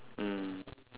mm